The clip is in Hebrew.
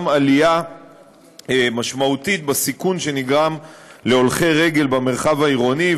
גם עלייה משמעותית בסיכון שנגרם להולכי רגל במרחב העירוני,